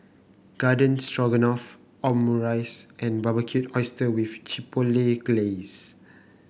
Garden Stroganoff Omurice and Barbecued Oyster with Chipotle Glaze